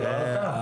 כבוד היושב-ראש.